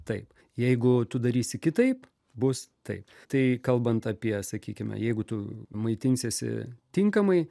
taip jeigu tu darysi kitaip bus taip tai kalbant apie sakykime jeigu tu maitinsiesi tinkamai